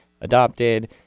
adopted